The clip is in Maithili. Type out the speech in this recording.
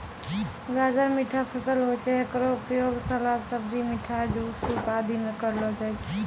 गाजर मीठा फसल होय छै, हेकरो उपयोग सलाद, सब्जी, मिठाई, जूस, सूप आदि मॅ करलो जाय छै